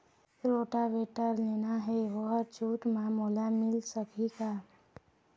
Rotavator लेना हे ओहर छूट म मोला मिल सकही का?